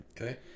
Okay